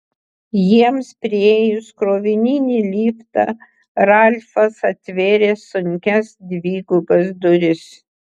jiems priėjus krovininį liftą ralfas atvėrė sunkias dvigubas duris